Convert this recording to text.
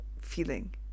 feeling